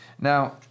Now